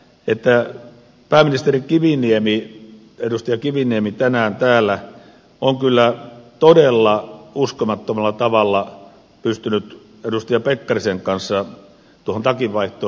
pitää myöskin sanottava että edustaja kiviniemi tänään täällä on kyllä todella uskomattomalla tavalla pystynyt edustaja pekkarisen kanssa tuohon takin vaihtoon